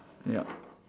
ya